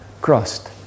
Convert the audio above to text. crossed